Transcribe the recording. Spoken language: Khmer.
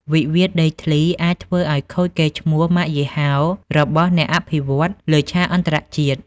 វិវាទដីធ្លីអាចធ្វើឱ្យខូចកេរ្តិ៍ឈ្មោះម៉ាកយីហោរបស់អ្នកអភិវឌ្ឍន៍លើឆាកអន្តរជាតិ។